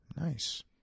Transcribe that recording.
Nice